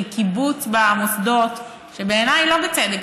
של קיבוץ, במוסדות, שבעיניי היא לא בצדק.